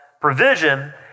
provision